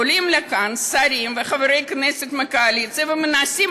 עולים לכאן שרים וחברי כנסת מהקואליציה ומנסים